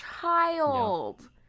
child